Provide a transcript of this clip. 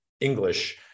English